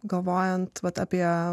galvojant vat apie